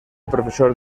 profesor